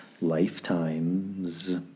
lifetimes